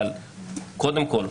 אבל קודם כול,